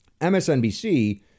MSNBC